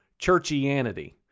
churchianity